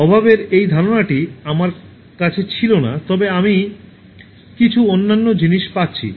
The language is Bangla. অভাবের এই ধারণাটি আমার কাছে ছিল না তবে আমি কিছু অন্যান্য জিনিস পাচ্ছি